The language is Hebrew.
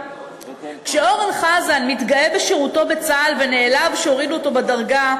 כשאורן חזן מתגאה בשירותו בצה"ל ונעלב שהורידו אותו בדרגה,